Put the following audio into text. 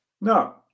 No